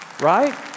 Right